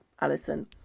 Alison